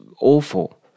awful